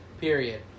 Period